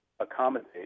accommodate